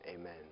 Amen